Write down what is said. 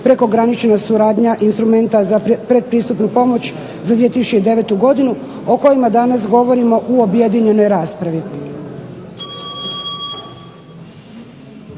prekogranična suradnja instrumenta za pretpristupnu pomoć za 2009. godinu, o kojima danas govorimo u objedinjenoj raspravi.